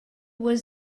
was